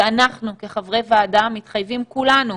ואנחנו בוועדה מתחייבים כולנו